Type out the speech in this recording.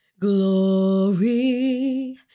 Glory